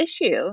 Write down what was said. issue